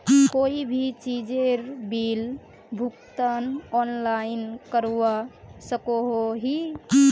कोई भी चीजेर बिल भुगतान ऑनलाइन करवा सकोहो ही?